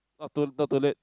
not too not too late